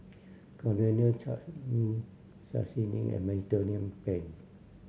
Coriander Chutney Sashimi and Mediterranean Penne